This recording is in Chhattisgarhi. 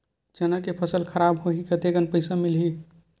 चना के फसल खराब होही कतेकन पईसा मिलही?